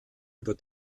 über